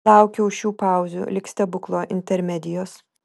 laukiau šių pauzių lyg stebuklo intermedijos